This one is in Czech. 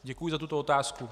Děkuji za tuto otázku.